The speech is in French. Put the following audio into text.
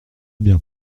bien